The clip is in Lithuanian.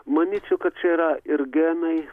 manyčiau kad čia yra ir genai